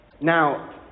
Now